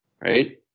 right